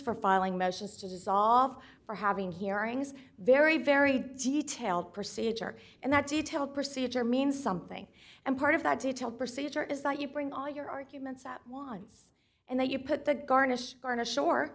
for filing motions to dissolve for having hearings very very detailed procedure and that detailed procedure means something and part of that detailed procedure is that you bring all your arguments at once and then you put the garnish garnish